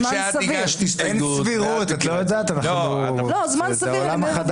אין פה אף אחד מסיעת העבודה במקומה.